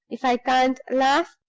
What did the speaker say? if i can't laugh,